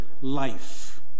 life